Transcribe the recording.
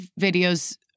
videos